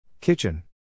Kitchen